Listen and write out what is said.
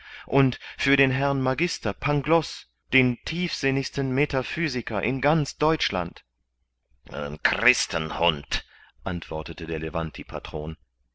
und für den herrn magister pangloß den tiefsinnigsten metaphysiker in ganz deutschland christenhund antwortete der